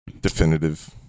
definitive